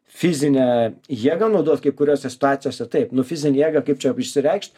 fizinę jėgą naudot kai kuriose situacijose taip nu fizinę jėgą kaip čia išsireikšt